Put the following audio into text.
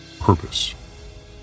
purpose